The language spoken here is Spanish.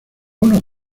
unos